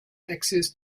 access